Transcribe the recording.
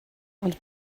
ond